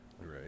Right